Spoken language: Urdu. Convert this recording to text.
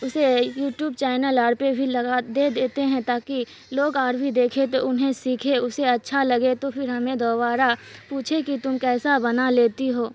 اسے یو ٹیوب چینل اور پہ بھی لگا دے دیتے ہیں تا کہ لوگ اور بھی دیکھے تو انہیں سیکھے اسے اچھا لگے تو پھر ہمیں دوبارہ پوچھے کہ تم کیسا بنا لیتی ہو